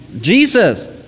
Jesus